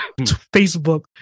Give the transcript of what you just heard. Facebook